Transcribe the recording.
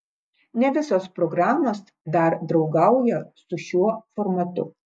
ne visos programos dar draugauja su šiuo formatu